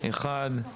אחד: